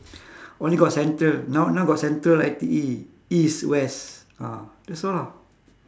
only got central now now got central I_T_E east west ah that's all ah